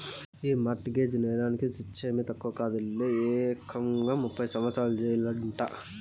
ఈ mortgage నేరాలకి శిచ్చేమీ తక్కువ కాదులే, ఏకంగా ముప్పై సంవత్సరాల జెయిలంట